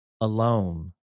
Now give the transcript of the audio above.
alone